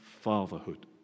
fatherhood